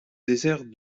désert